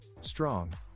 Strong